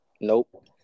nope